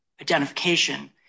identification